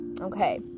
okay